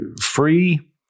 Free